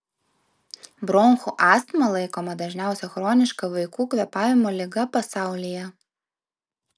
bronchų astma laikoma dažniausia chroniška vaikų kvėpavimo liga pasaulyje